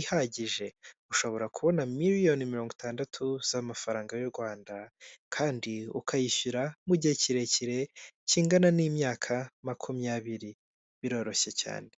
ihagije. Ushobora kubona miliyoni mirongo itandatu z'amafaranga y'u Rwanda kandi ukayishyura mu gihe kirekire, kingana n'imyaka makumyabiri. Biroroshye cyane.